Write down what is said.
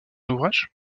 ouvrage